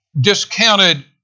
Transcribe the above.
discounted